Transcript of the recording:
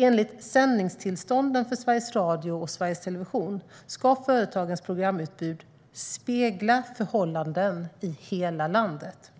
Enligt sändningstillstånden för Sveriges Radio och Sveriges Television ska företagens programutbud "spegla förhållanden i hela landet".